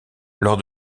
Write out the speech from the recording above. lors